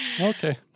Okay